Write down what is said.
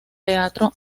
teatro